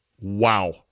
Wow